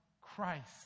Christ